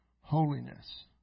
holiness